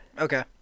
Okay